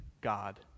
God